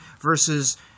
versus